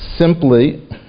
simply